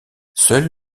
seul